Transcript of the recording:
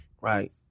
right